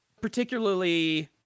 Particularly